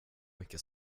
mycket